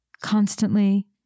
constantly